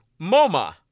MoMA